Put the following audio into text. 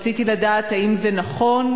רציתי לדעת: האם זה נכון,